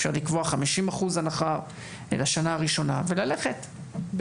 אפשר לקבוע 50% הנחה לשנה הראשונה וללכת,